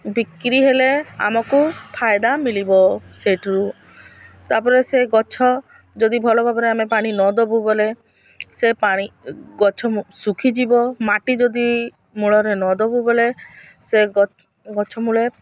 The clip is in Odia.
ବିକ୍ରି ହେଲେ ଆମକୁ ଫାଇଦା ମିଳିବ ସେଇଠାରୁ ତା'ପରେ ସେ ଗଛ ଯଦି ଭଲ ଭାବରେ ଆମେ ପାଣି ନ ଦବୁ ବୋଲେ ସେ ପାଣି ଗଛ ଶୁଖିଯିବ ମାଟି ଯଦି ମୂଳରେ ନ ଦବୁ ବୋଲେ ସେ ଗ ଗଛ ମୂଳେ